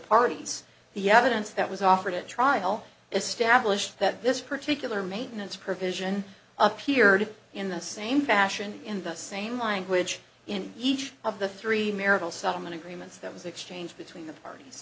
parties the evidence that was offered a trial established that this particular maintenance provision appeared in the same fashion in the same language in each of the three marital someone agreements that was exchanged between the parties